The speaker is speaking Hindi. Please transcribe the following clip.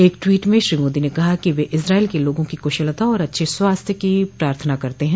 एक ट्वीट में श्री मोदी ने कहा कि वे इस्राइल के लोगों की कुशलता और अच्छे स्वास्थ्य की प्रार्थना करते हैं